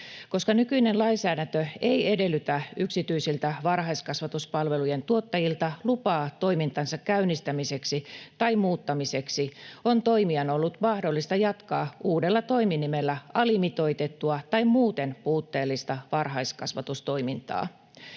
Koska nykyinen lainsäädäntö ei edellytä yksityisiltä varhaiskasvatuspalvelujen tuottajilta lupaa toimintansa käynnistämiseksi tai muuttamiseksi, on toimijan ollut mahdollista jatkaa uudella toiminimellä alimitoitettua tai muuten puutteellista varhaiskasvatustoimintaa.